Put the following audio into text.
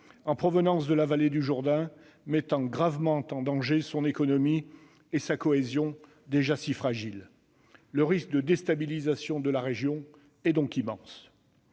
en provenance de la vallée du Jourdain, ce qui mettrait gravement en danger son économie et sa cohésion déjà si fragiles. Le risque de déstabilisation de la région est donc immense.